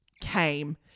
came